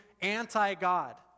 anti-God